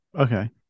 Okay